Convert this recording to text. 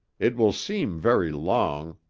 it will seem very long.